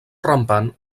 rampant